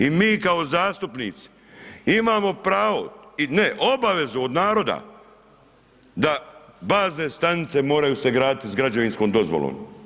I mi kao zastupnici, imamo pravo ne, obavezu od naroda, da bazne stanice, moraju se graditi s građevinskom dozvolu.